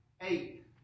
Eight